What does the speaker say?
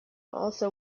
also